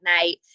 night